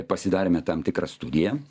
pasidarėme tam tikrą studiją